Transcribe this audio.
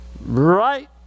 Right